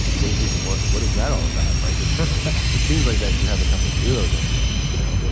what is he ah what what is that all about? like segura it seems like that should have a couple zeroes at the end, you know? well,